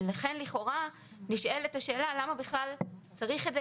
לכן לכאורה נשאלת השאלה למה בכלל צריך את זה